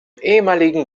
ehemaligen